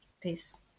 Peace